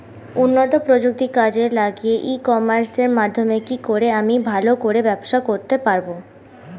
উন্নত প্রযুক্তি কাজে লাগিয়ে ই কমার্সের মাধ্যমে কি করে আমি ভালো করে ব্যবসা করতে পারব?